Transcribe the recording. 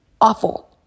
Awful